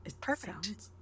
perfect